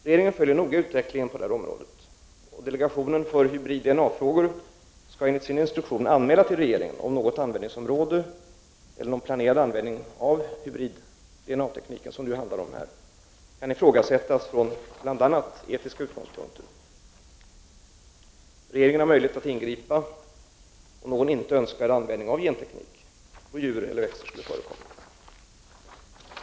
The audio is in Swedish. Regeringen följer noga utvecklingen på området, och delegationen för hybrid-DNA-frågor skall enligt sin instruktion anmäla till regeringen om något användningsområde eller någon planerad användning av hybrid-DNA-tekniken kan ifrågasättas från bl.a. etiska synpunkter. Regeringen har möjlighet att ingripa om någon inte önskvärd användning av genteknik på djur eller växter skulle förekomma.